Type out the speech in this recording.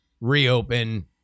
reopen